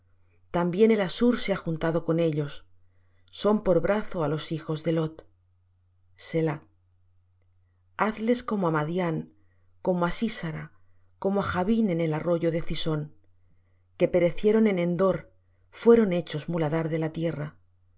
también el assur se ha juntado con ellos son por brazo á los hijos de lot selah hazles como á madián como á sísara como á jabín en el arroyo de cisón que perecieron en endor fueron hechos muladar de la tierra